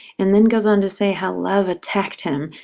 and then goes on to say how love attacked him,